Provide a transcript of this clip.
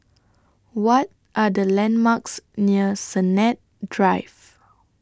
What Are The landmarks near Sennett Drive